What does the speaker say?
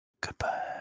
Goodbye